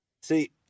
See